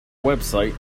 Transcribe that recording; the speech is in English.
website